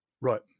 Right